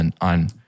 on